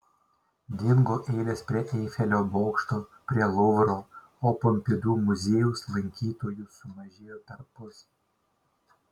dingo eilės prie eifelio bokšto prie luvro o pompidu muziejaus lankytojų sumažėjo perpus